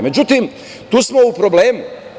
Međutim, tu smo u problemu.